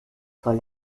voll